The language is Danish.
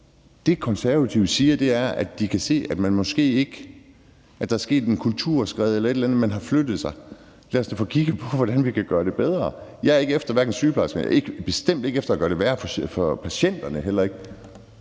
Det, Konservative siger, er, at de kan se, at der er sket et kulturskred eller et eller andet, at man har flyttet sig. Lad os da få kigget på, hvordan vi kan gøre det bedre. Jeg er ikke efter sygeplejerskerne, og jeg er bestemt ikke ude efter og gøre det værre for patienterne heller.